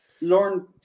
lauren